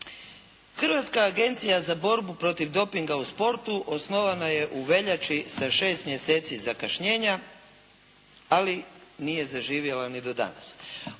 Hrvatska agencija za borbu protiv dopinga u sportu osnovana je u veljači sa šest mjeseci zakašnjenja, ali nije zaživjela ni do danas.